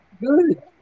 Good